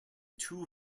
two